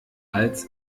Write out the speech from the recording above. als